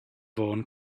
fôn